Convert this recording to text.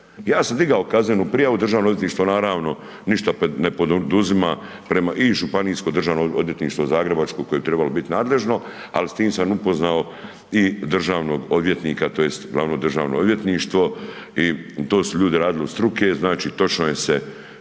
Ja sam digao kaznenu prijavu, državno odvjetništvo naravno ništa ne poduzima prema i Županijsko državno odvjetništvo zagrebačko koje bi trebalo bit nadležno, al s tim sam upoznao i državnog odvjetnika tj. glavno državno odvjetništvo i to su ljudi radili od struke, znači, točno je se